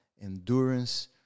endurance